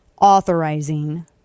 authorizing